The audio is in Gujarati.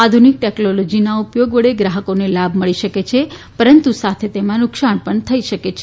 આધુનિક ટેકનોલોજીના ઉપયોગ વડે ગ્રાહકોને લાભ મળી શકે છે પરંતુ સાથે તેમાં નુકસાન પણ થઇ શકે છે